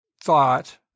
thought